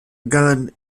gun